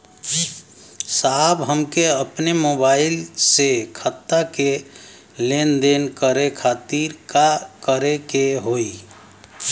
साहब हमके अपने मोबाइल से खाता के लेनदेन करे खातिर का करे के होई?